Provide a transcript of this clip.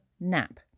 nap